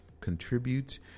contribute